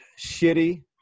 shitty